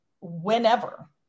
whenever